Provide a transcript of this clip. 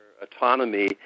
autonomy